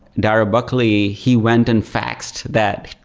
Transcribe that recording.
dara buckley, he went and faxed that,